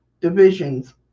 divisions